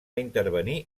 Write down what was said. intervenir